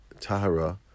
tahara